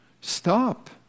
stop